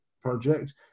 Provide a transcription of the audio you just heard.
project